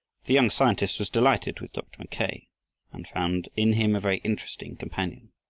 the young scientist was delighted with dr. mackay and found in him a very interesting companion.